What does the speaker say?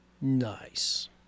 Nice